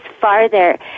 farther